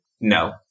no